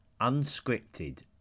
Unscripted